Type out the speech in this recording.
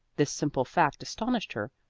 this simple fact astonished her,